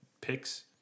picks